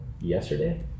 yesterday